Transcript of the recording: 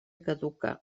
caduca